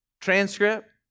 transcript